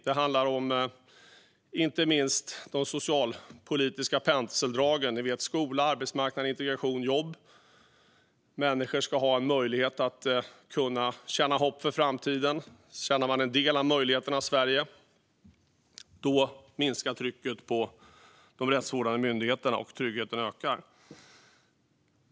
Det handlar inte minst om de socialpolitiska penseldragen - ni vet, skola, arbetsmarknad, integration och jobb. Människor ska kunna känna hopp för framtiden och känna att de är en del av möjligheternas Sverige. Då minskar trycket på de rättsvårdande myndigheterna, och tryggheten ökar.